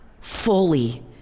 fully